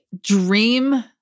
dream